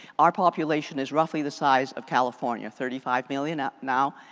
our population is roughly the size of california, thirty five million ah now.